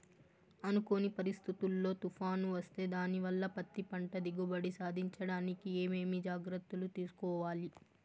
అనుకోని పరిస్థితుల్లో తుఫాను వస్తే దానివల్ల పత్తి పంట దిగుబడి సాధించడానికి ఏమేమి జాగ్రత్తలు తీసుకోవాలి?